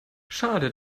schade